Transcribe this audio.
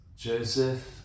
Joseph